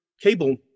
cable